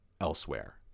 elsewhere